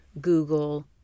Google